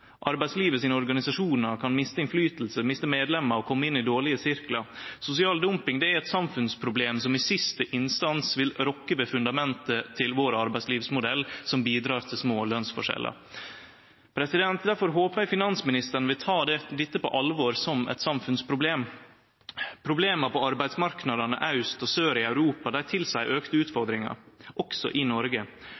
Arbeidslivet sine organisasjonar kan miste innflytelse, miste medlemmar og kome inn i dårlege sirklar. Sosial dumping er eit samfunnsproblem som i siste instans vil rokke ved fundamentet til vår arbeidslivsmodell, som bidreg til små lønsforskjellar. Derfor håper eg finansministeren vil ta dette på alvor som eit samfunnsproblem. Problema på arbeidsmarknadane aust og sør i Europa tilseier auka utfordringar, også i Noreg. Viss uanstendige arbeidsvilkår får breie om seg